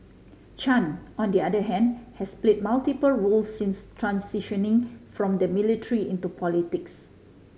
Chan on the other hand has played multiple roles since transitioning from the military into politics